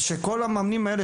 ושכל המאמנים האלה,